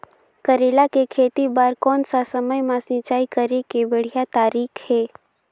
करेला के खेती बार कोन सा समय मां सिंचाई करे के बढ़िया तारीक हे?